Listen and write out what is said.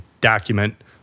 document